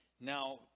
Now